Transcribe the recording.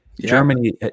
Germany